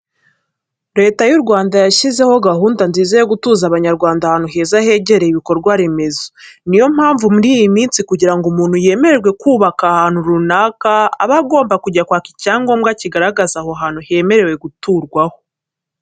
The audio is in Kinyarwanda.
Leta y'u Rwanda yashyizeho gahunda nziza yo gutuza Abanyarwanda ahantu heza hegereye ibikorwa remezo. Ni yo mpamvu, muri iyi minsi kugira ngo umuntu yemererwe kubaka ahantu runaka, aba agomba kujya kwaka icyangomba kigaragaza ko aho hantu hemerewe guturwaho.